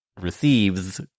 receives